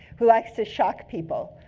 who likes to shock people.